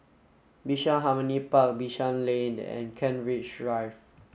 Bishan Harmony Park Bishan Lane and Kent Ridge Drive